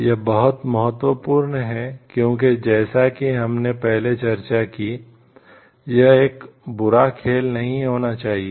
यह बहुत महत्वपूर्ण है क्योंकि जैसा कि हमने पहले चर्चा की यह एक बुरा खेल नहीं होना चाहिए